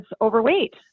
overweight